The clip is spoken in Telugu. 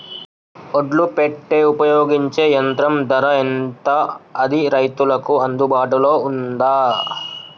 ఒడ్లు పెట్టే ఉపయోగించే యంత్రం ధర ఎంత అది రైతులకు అందుబాటులో ఉందా?